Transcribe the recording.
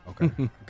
Okay